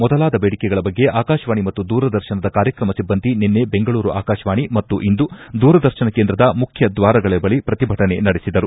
ಮೊದಲಾದ ಬೇಡಿಕೆಗಳ ಬಗ್ಗೆ ಆಕಾಶವಾಣಿ ಮತ್ತು ದೂರದರ್ಶನದ ಕಾರ್ಯಕ್ರಮ ಸಿಬ್ಲಂದಿ ನಿನ್ನೆ ಬೆಂಗಳೂರು ಆಕಾಶವಾಣಿ ಮತ್ತು ಇಂದು ದೂರದರ್ಶನ ಕೇಂದ್ರದ ಮುಖ್ಯ ದ್ವಾರಗಳ ಬಳಿ ಪ್ರತಿಭಟನೆ ನಡೆಸಿದರು